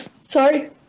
Sorry